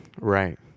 right